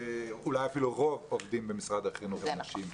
ואולי אפילו רוב העובדים במשרד החינוך הם נשים.